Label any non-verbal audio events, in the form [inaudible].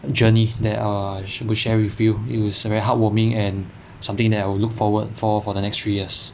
journey that err [noise] share with you it was very heartwarming and something that I will look forward for for the next three years